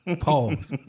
Pause